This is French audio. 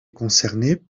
concernées